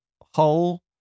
whole